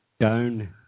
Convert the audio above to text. down